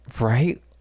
right